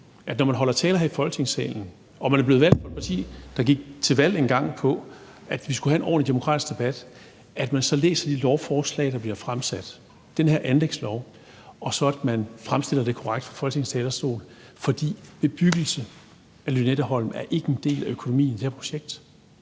at når man holder tale her i Folketingssalen og man er blevet valgt for et parti, der engang gik til valg på, at vi skulle have en ordentlig demokratisk debat, læser man de lovforslag, der bliver fremsat, her anlægsloven, og at man så fremstiller det korrekt fra Folketingets talerstol. For bebyggelse af Lynetteholm er ikke en del af økonomien i det her projekt.